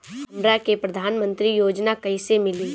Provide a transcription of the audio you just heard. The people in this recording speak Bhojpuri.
हमरा के प्रधानमंत्री योजना कईसे मिली?